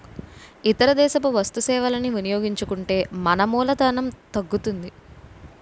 ఇతర దేశపు వస్తు సేవలని వినియోగించుకుంటే మన మూలధనం తగ్గుతుంది